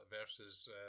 versus